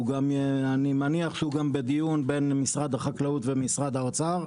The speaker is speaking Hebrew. ואני מניח שהוא גם בדיון בין משרד החקלאות ומשרד האוצר,